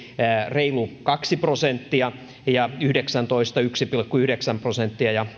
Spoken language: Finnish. reilu kaksi prosenttia ja yksi pilkku yhdeksän prosenttia kaksituhattayhdeksäntoista ja